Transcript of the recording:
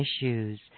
issues